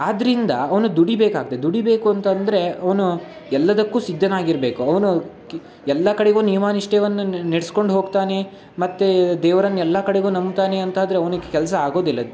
ಆದ್ದರಿಂದ ಅವನು ದುಡೀಬೇಕಾಗ್ತದೆ ದುಡೀಬೇಕು ಅಂತಂದರೆ ಅವನು ಎಲ್ಲದಕ್ಕೂ ಸಿದ್ಧನಾಗಿರಬೇಕು ಅವನು ಕ್ ಎಲ್ಲ ಕಡೆಗೂ ನಿಯಮ ನಿಷ್ಠೆವನ್ನ ನ್ ನೆಡ್ಸ್ಕೊಂಡು ಹೋಗ್ತಾನೆ ಮತ್ತು ದೇವರನ್ನು ಎಲ್ಲ ಕಡೆಗೂ ನಂಬ್ತಾನೆ ಅಂತಾದರೆ ಅವ್ನಿಗೆ ಕೆಲಸ ಆಗೋದಿಲ್ಲ ಎಲ್ಲವೂ